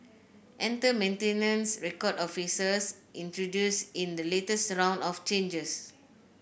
enter maintenance record officers introduced in the latest round of changes